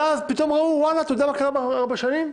ואז, פתאום ראו אתה יודע מה קרה בארבע השנים?